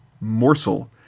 morsel